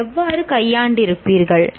நீங்கள் எவ்வாறு கையாண்டிருப்பீர்கள்